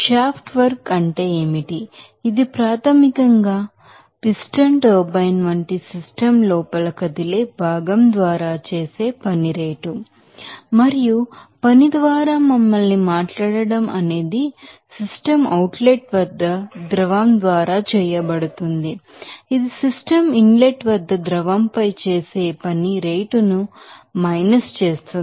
shaft work అంటే ఏమిటి ఇది ప్రాథమికంగా పిస్టన్ టర్బైన్ వంటి సిస్టమ్ లోపల కదిలే భాగం ద్వారా చేసే పని రేటు మరియు పని ద్వారా మమ్మల్ని మాట్లాడటం అనేది సిస్టమ్ అవుట్ లెట్ వద్ద ద్రవం ద్వారా చేయబడుతుంది ఇది సిస్టమ్ ఇన్ లెట్ వద్ద ద్రవంపై చేసే పని రేటును మైనస్ చేస్తుంది